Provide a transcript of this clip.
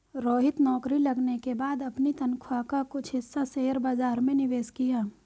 रोहित नौकरी लगने के बाद अपनी तनख्वाह का कुछ हिस्सा शेयर बाजार में निवेश किया